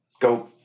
go